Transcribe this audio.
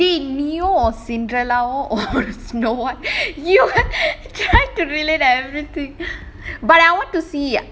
ri~ dey நீயும்:neeyum cinderella or snow white you like to relate everything but I want to see